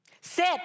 Sit